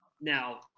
Now